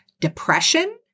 depression